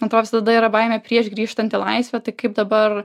man atrodo visada yra baimė prieš grįžtant į laisvę tai kaip dabar